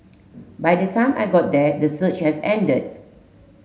by the time I got there the surge had ended